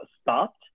stopped